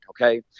Okay